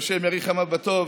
שה' יאריך ימיו בטוב,